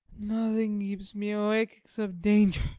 nothing keeps me awake except danger